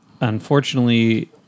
Unfortunately